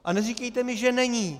A neříkejte mi, že není.